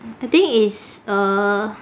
the thing is err